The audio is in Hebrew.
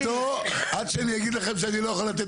אתם איתו עד שאני אגיד לכם שאני לא יכול לתת